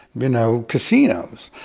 you know, casinos.